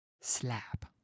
slap